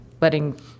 letting